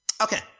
Okay